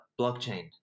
blockchain